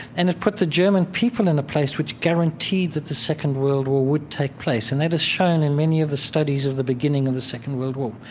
and it put the german people in a place which guaranteed that the second world war would take place. and that is shown in many of the studies of the beginning of the second world war.